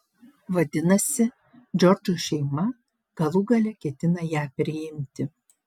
vadinasi džordžo šeima galų gale ketina ją priimti